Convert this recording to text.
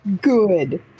Good